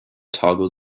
toggle